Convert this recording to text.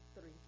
three